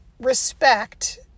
respect